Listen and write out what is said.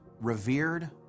revered